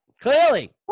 clearly